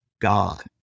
God